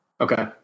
Okay